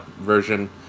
version